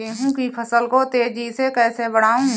गेहूँ की फसल को तेजी से कैसे बढ़ाऊँ?